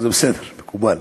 זה בסדר, מקובל.